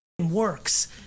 works